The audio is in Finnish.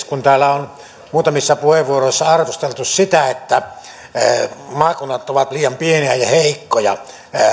kun täällä on muutamissa puheenvuoroissa arvosteltu sitä että maakunnat ovat liian pieniä ja heikkoja